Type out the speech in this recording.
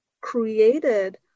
created